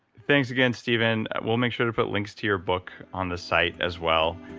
thanks again, steven. we'll make sure to put links to your book on the site as well.